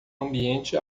ambiente